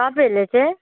तपाईँहरूले चाहिँ